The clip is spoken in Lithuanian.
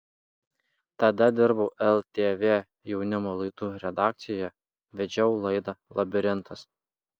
tada dirbau ltv jaunimo laidų redakcijoje vedžiau laidą labirintas